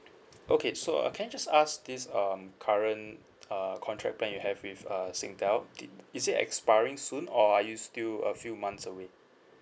okay so uh can I just ask this um current uh contract plan you have with uh singtel did is it expiring soon or are you still a few months away